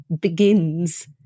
begins